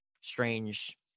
strange